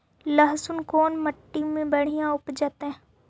लहसुन कोन मट्टी मे बढ़िया उपजतै?